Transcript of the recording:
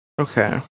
Okay